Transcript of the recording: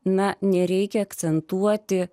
na nereikia akcentuoti